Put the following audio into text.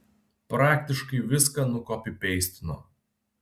praktiškai viską nukopipeistino